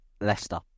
Leicester